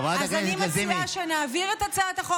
חברת הכנסת לזימי, מה זה?